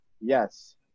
yes